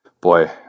boy